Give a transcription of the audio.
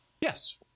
Yes